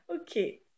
Okay